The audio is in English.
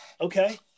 Okay